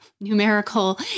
numerical